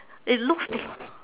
it looks